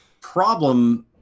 problem